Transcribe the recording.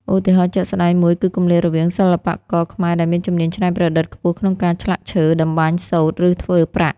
ឧទាហរណ៍ជាក់ស្តែងមួយគឺគម្លាតរវាងសិល្បករខ្មែរដែលមានជំនាញច្នៃប្រឌិតខ្ពស់ក្នុងការឆ្លាក់ឈើ តម្បាញសូត្រ ឬធ្វើប្រាក់។